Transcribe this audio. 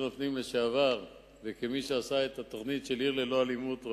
הפנים לשעבר וכמי שעשה את התוכנית "עיר ללא אלימות".